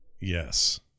Yes